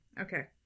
Okay